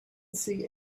see